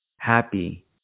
happy